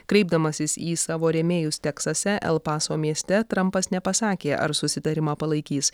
kreipdamasis į savo rėmėjus teksase el paso mieste trampas nepasakė ar susitarimą palaikys